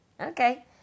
Okay